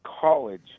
college